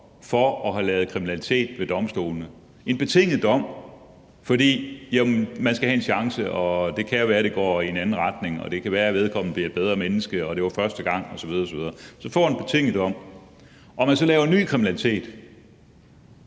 for at have lavet kriminalitet, altså en betinget dom – for man skal jo have en chance, og det kan være, at det går i en anden retning, og det kan være, at vedkommende bliver et bedre menneske, og det var første gang osv. osv. – og man så laver ny kriminalitet,